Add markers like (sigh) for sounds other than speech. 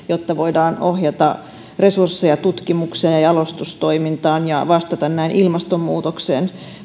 (unintelligible) jotta voidaan ohjata resursseja tutkimukseen jalostustoimintaan ja vastata näin ilmastonmuutoksen